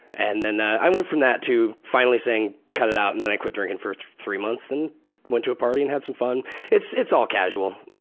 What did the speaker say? and then i went from that to finally saying cut it out and then i quit drinking for three months. then went to party and had some fun it's it's all casual.